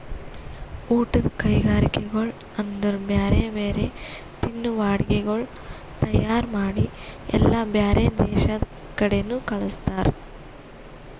ಊಟದ್ ಕೈಗರಿಕೆಗೊಳ್ ಅಂದುರ್ ಬ್ಯಾರೆ ಬ್ಯಾರೆ ತಿನ್ನುವ ಅಡುಗಿಗೊಳ್ ತೈಯಾರ್ ಮಾಡಿ ಎಲ್ಲಾ ಬ್ಯಾರೆ ದೇಶದ ಕಡಿನು ಕಳುಸ್ತಾರ್